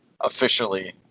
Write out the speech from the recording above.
officially